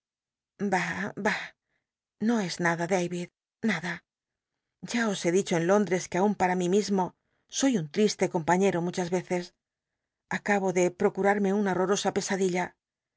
no es nada david nada ya os he dicho en lóndres que aun para mi mismo soy un tl'iste compañero muchas veces acabo ele proeural'mc una horrorosa pesadilla